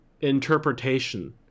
interpretation